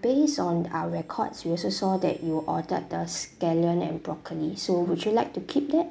based on our records we also saw that you ordered the scallion and broccoli so would you like to keep that